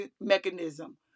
mechanism